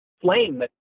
flame